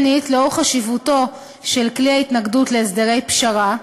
שנית, לאור חשיבותו של כלי ההתנגדות להסדרי פשרה,